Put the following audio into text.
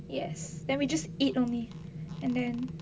yes then we just eat only and then